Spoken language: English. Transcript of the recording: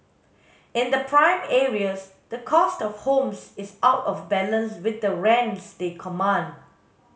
in the prime areas the cost of homes is out of balance with the rents they command